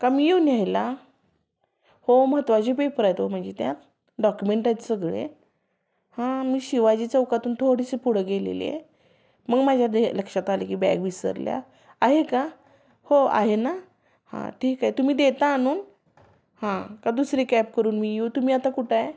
का मी येऊ न्यायला हो महत्त्वाचे पेपर आहेत ओ माझे त्यात डॉक्युमेंटऐत सगळे हां मी शिवाजी चौकातून थोडीशी पुढं गेलेली आहे मग माझ्या ते हे लक्षात आले की बॅग विसरल्या आहे का हो आहे ना हां ठीक आहे तुम्ही देता आणून हां का दुसरी कॅब करून मी येऊ तुम्ही आता कुठे आहे